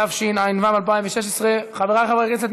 התשע"ו 2016. חברי חברי הכנסת,